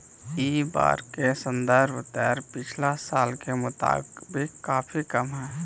इ बार के संदर्भ दर पिछला साल के मुताबिक काफी कम हई